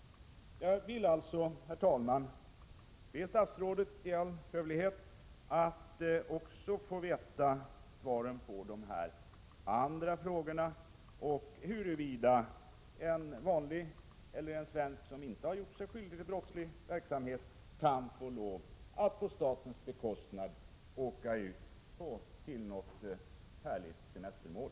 Jag vill, herr talman, i all hövlighet be att av statsrådet få veta svaren på dessa mina frågor samt på frågan huruvida en vanlig svensk som inte gjort sig skyldig till brottslig verksamhet kan få lov att på statens bekostnad åka ut till något härligt semestermål.